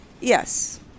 Yes